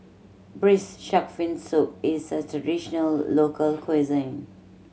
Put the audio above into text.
Braised Shark Fin Soup is a traditional local cuisine